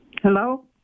Hello